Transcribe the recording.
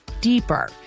deeper